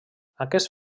aquest